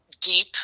deep